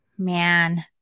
man